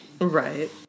Right